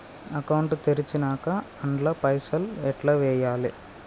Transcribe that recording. Account తెరిచినాక అండ్ల పైసల్ ఎట్ల వేయాలే?